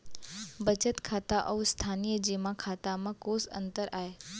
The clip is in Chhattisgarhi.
बचत खाता अऊ स्थानीय जेमा खाता में कोस अंतर आय?